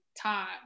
time